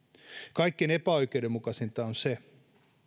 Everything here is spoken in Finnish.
kaikkein epäoikeudenmukaisinta on se